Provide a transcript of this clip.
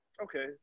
Okay